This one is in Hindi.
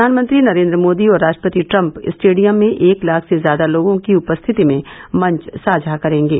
प्रधानमंत्री नरेन्द्र मोदी और राष्ट्रपति ट्रम्प स्टेडियम में एक लाख से ज्यादा लोगों की उपस्थिति में मंच साझा करेंगे